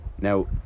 Now